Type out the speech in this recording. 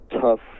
tough